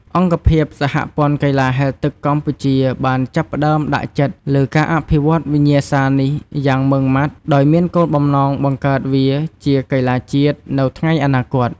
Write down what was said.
អង្គភាពសហព័ន្ធកីឡាហែលទឹកកម្ពុជាបានចាប់ផ្តើមដាក់ចិត្តលើការអភិវឌ្ឍវិញ្ញាសានេះយ៉ាងម៉ឺងម៉ាត់ ដោយមានគោលបំណងបង្កើតវាជាកីឡាជាតិនៅថ្ងៃអនាគត។